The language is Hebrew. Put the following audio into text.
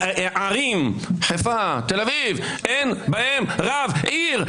בערים חיפה, תל אביב, אין בהן רב עיר.